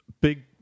big